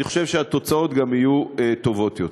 אני חושב שהתוצאות גם יהיו טובות יותר.